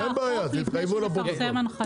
אין בעיה תתחייבו לפרוטוקול.